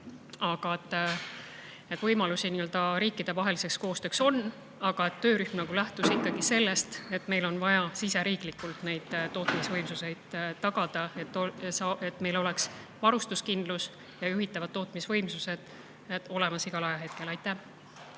aga võimalusi riikidevaheliseks koostööks on. Ent töörühm lähtus ikkagi sellest, et meil on vaja siseriiklikult tagada tootmisvõimsused, et meil oleks varustuskindlus ja juhitavad tootmisvõimsused olemas igal ajahetkel. Aitäh!